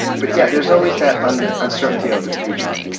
but yeah, there's always that and uncertainty of the future.